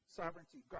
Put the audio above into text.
sovereignty